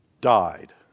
died